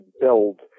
build